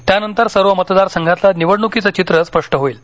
त्यानंतर सर्व मतदार संघातलं निवडणूकीचं चित्र स्पष्ट होईल